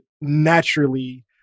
naturally